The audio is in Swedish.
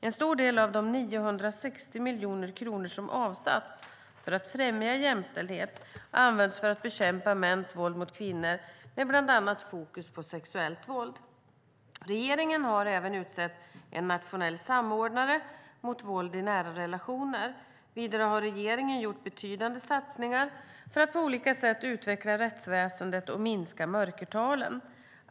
En stor del av de 960 miljoner kronor som avsatts för att främja jämställdhet används för att bekämpa mäns våld mot kvinnor med bland annat fokus på sexuellt våld. Regeringen har även utsett en nationell samordnare mot våld i nära relationer. Vidare har regeringen gjort betydande satsningar för att på olika sätt utveckla rättsväsendet och minska mörkertalen.